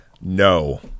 no